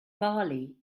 bali